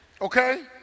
Okay